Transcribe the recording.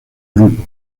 grupo